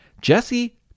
Jesse